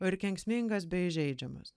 o ir kenksmingas bei įžeidžiamas